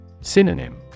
Synonym